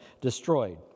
destroyed